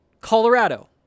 Colorado